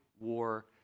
war